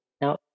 Now